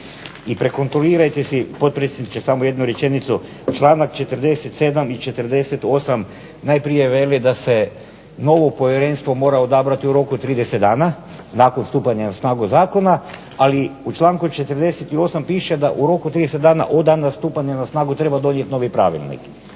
I prekontrolirajte si, potpredsjedniče samo jednu rečenicu, članak 47. i 48., najprije veli da se novo povjerenstvo mora odabrati u roku od 30 dana nakon stupanja na snagu zakona, ali u članku 48. piše da u roku 30 dana od dana stupanja na snagu treba donijet novi pravilnik.